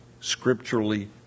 scripturally